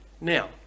Now